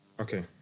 Okay